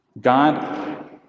God